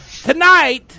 tonight